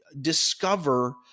discover